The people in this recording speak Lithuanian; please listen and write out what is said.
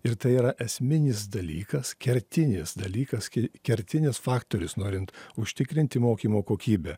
ir tai yra esminis dalykas kertinis dalykas kertinis faktorius norint užtikrinti mokymo kokybę